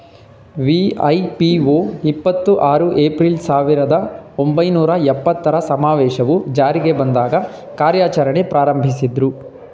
ವಿ.ಐ.ಪಿ.ಒ ಇಪ್ಪತ್ತು ಆರು ಏಪ್ರಿಲ್, ಸಾವಿರದ ಒಂಬೈನೂರ ಎಪ್ಪತ್ತರ ಸಮಾವೇಶವು ಜಾರಿಗೆ ಬಂದಾಗ ಕಾರ್ಯಾಚರಣೆ ಪ್ರಾರಂಭಿಸಿದ್ರು